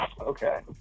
Okay